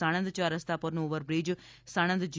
સાણંદ યાર રસ્તા પરનો ઓવરબ્રિજ સાણંદ જી